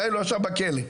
עדיין לא ישב בכלא.